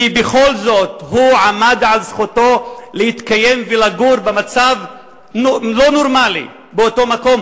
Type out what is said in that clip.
ובכל זאת הוא עמד על זכותו להתקיים ולגור במצב לא נורמלי באותו מקום,